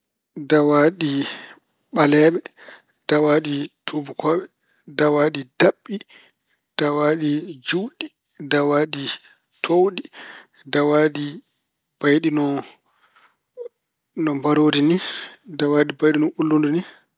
Dawaaɗi ɓaleeɓe, dawaaɗi tuubakooɓe, dawaaɗi daɓɓi, dawaaɗi juutɗi, dawaaɗi towɗi, dawaaɗi mbayɗi no mbaroodi ni, dawaaɗi mbayɗi no ulludu ni.